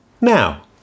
Now